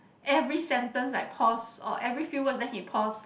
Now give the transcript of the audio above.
every sentence like pause or every few words then he pause like